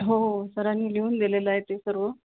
हो हो सरांनी लिहून दिलेलं आहे ते सर्व